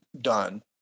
done